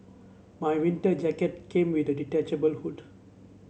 my winter jacket came with a detachable hood